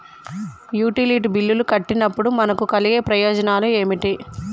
Utility బిల్లులు కట్టినప్పుడు మనకు కలిగే ప్రయోజనాలు ఏమిటి?